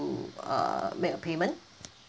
uh make a payment